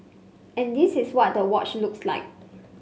and this is what the watch looks like